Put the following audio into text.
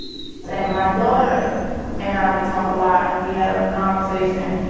so um my daughter and i, we talk a lot and we had a conversation